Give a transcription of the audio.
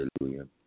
Hallelujah